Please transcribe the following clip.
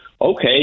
okay